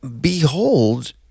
behold